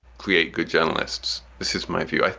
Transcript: create good journalists. this is my view.